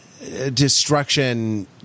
Destruction